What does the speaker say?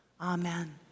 Amen